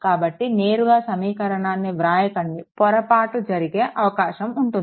కాబట్టి నేరుగా సమీకరణాన్ని వ్రాయకండి పొరపాటు జరిగే అవకాశం ఉంటుంది